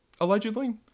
allegedly